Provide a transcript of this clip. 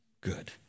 good